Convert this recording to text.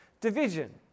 division